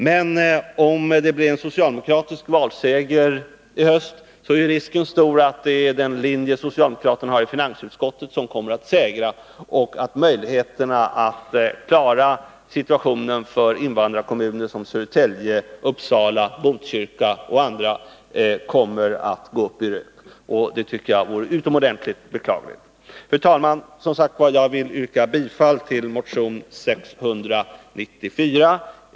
Men om det blir socialdemokratisk valseger i höst, är risken stor att det är den linje som socialdemokraterna i finansutskottet har som kommer att segra och att möjligheterna att klara situationen för invandrarkommuner som Södertälje, Uppsala, Botkyrka och andra kommer att gå upp i rök. Det tycker jag vore utomordentligt beklagligt. Fru talman! Jag vill som sagt yrka bifall till motion 694.